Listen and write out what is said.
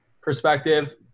perspective